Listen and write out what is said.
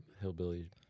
hillbilly